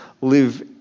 live